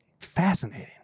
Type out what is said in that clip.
fascinating